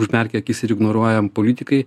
užmerkia akis ir ignoruoja m politikai